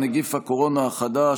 חבר הכנסת אזולאי?